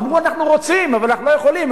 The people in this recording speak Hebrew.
אמרו: אנחנו רוצים, אבל אנחנו לא יכולים.